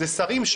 זה שרים,